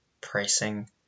pricing